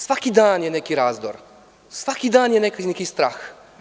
Svaki dan je neki razdor, svaki dan je negde neki strah.